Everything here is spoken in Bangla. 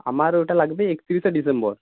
আমার ওটা লাগবে একত্রিশে ডিসেম্বর